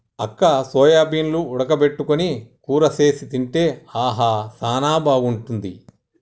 అక్క సోయాబీన్లు ఉడక పెట్టుకొని కూర సేసి తింటే ఆహా సానా బాగుంటుంది